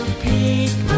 people